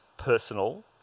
personal